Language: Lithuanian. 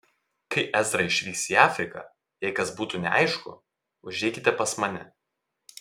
kai ezra išvyks į afriką jei kas būtų neaišku užeikite pas mane